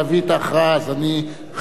אז אני חסכתי ממנו,